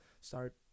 start